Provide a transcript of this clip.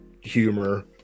humor